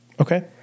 Okay